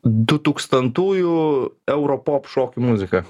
du tūkstantųjų euro pop šokių muzika